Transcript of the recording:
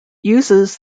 uses